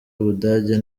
ubudage